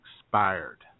expired